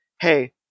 hey